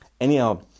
Anyhow